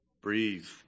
breathe